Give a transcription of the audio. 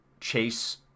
chase